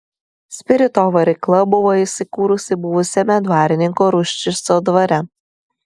spirito varykla buvo įsikūrusi buvusiame dvarininko ruščico dvare